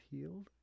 healed